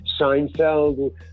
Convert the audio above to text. Seinfeld